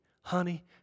honey